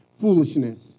foolishness